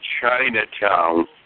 Chinatown